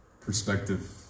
perspective